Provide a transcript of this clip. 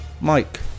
Mike